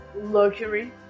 luxury